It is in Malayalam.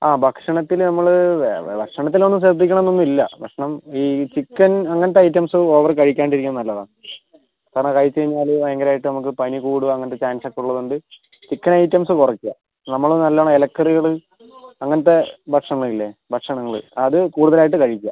ആ ഭക്ഷണത്തിൽ നമ്മൾ ഭക്ഷണത്തിലൊന്നും ശ്രദ്ധിക്കണം എന്നൊന്നുമില്ല ഭക്ഷണം ഈ ചിക്കൻ അങ്ങനത്തെ ഐറ്റംസ് ഓവറ് കഴിക്കാണ്ടിരിക്കുന്നത് നല്ലതാണ് കാരണം കഴിച്ചു കഴിഞ്ഞാൽ ഭയങ്കരമായിട്ട് നമുക്ക് പനി കൂടുക അങ്ങനത്തെ ചാൻസ് ഒക്കെ ഉള്ളതുകൊണ്ട് ചിക്കൻ ഐറ്റംസ് കുറയ്ക്കുക നമ്മൾ നല്ലവണം ഇലക്കറികൾ അങ്ങനത്തെ ഭക്ഷണം ഇല്ലെങ്കിൽ ഭക്ഷണങ്ങൾ അത് കൂടുതലായിട്ട് കഴിക്കുക